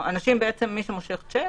מי שמושך שיק,